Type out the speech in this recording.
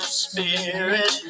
spirit